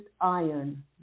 iron